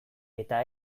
eta